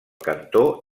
cantó